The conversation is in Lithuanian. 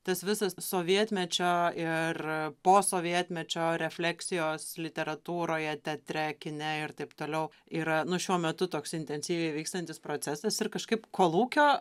tos visos sovietmečio ir po sovietmečio refleksijos literatūroje teatre kine ir taip toliau yra nu šiuo metu toks intensyviai vykstantis procesas ir kažkaip kolūkio